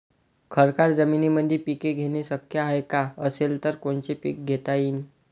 खडकाळ जमीनीमंदी पिके घेणे शक्य हाये का? असेल तर कोनचे पीक घेता येईन?